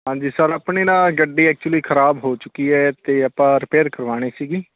ਹਾਂਜੀ ਸਰ ਆਪਣੇ ਨਾ ਗੱਡੀ ਐਕਚੁਲੀ ਖ਼ਰਾਬ ਹੋ ਚੁੱਕੀ ਹੈ ਅਤੇ ਆਪਾਂ ਰਿਪੇਅਰ ਕਰਵਾਉਣੀ ਸੀਗੀ